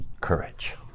courage